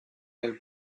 nel